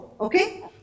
Okay